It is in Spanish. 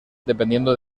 dependiendo